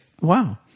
Wow